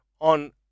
on